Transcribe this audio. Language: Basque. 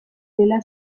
dela